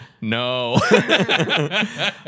No